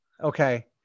Okay